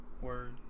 Word